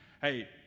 Hey